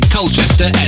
Colchester